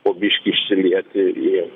po biškį išsilieti į